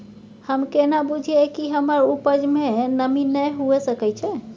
हम केना बुझीये कि हमर उपज में नमी नय हुए सके छै?